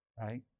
right